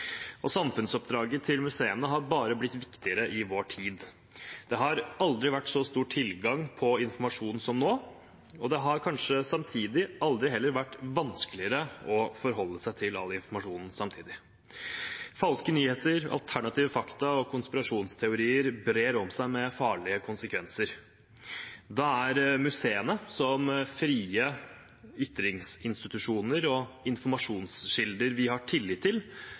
Samfunnsoppdraget til museene har bare blitt viktigere i vår tid. Det har aldri vært så stor tilgang på informasjon som nå. Samtidig har det kanskje heller aldri vært vanskeligere å forholde seg til all informasjonen samtidig. Falske nyheter, alternative fakta og konspirasjonsteorier brer om seg med farlige konsekvenser. Da er museene som frie ytringsinstitusjoner og informasjonskilder vi har tillit til,